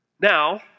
Now